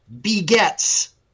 begets